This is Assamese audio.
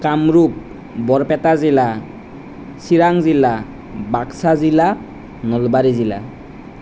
কামৰূপ বৰপেটা জিলা চিৰাং জিলা বাক্সা জিলা নলবাৰী জিলা